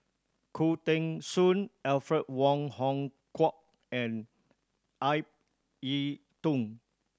Khoo Teng Soon Alfred Wong Hong Kwok and Ip Yiu Tung